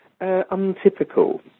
untypical